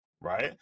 right